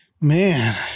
Man